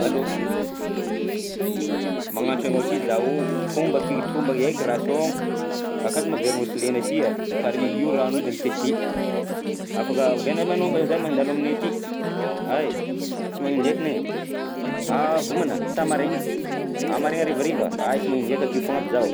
Allo! I magnantso anao si zaho, tombaky tombaka eka raha saogno akato ma heverinao sy lena si a, mipare io rano io de mitete. Afaka oviana ma anao ma- zany mandalo aminay aty? Ay tsy magnino ndraiky ne avy homana sa maraina? A maraina harivariva? Ay, sy magnino ndraika akeo foagna aby zaho.